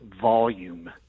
volume